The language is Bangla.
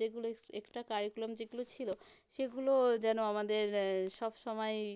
যেগুলো এক্সট্রা কারিকুলাম যেগুলো ছিলো সেগুলো যেন আমাদের সব সময়ই